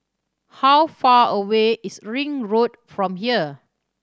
how far away is Ring Road from here